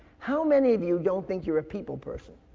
how many of you don't think you're a people person?